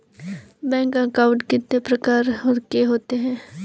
Bank account कितने प्रकार के होते हैं?